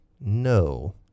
no